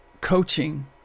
coaching